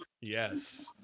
Yes